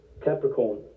Capricorn